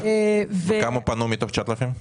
כמה מתוך ה-9,000 פנו?